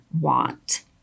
want